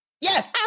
Yes